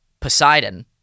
Poseidon